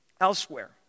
elsewhere